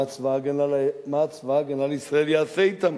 מה צבא-הגנה לישראל יעשה אתם?